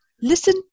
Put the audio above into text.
Listen